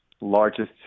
largest